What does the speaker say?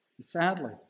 Sadly